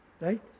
Right